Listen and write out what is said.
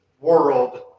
world